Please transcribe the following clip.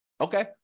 Okay